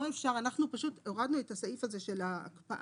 אנחנו פשוט הורדנו את הסעיף הזה של ההקפאה